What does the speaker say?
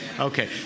Okay